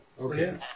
Okay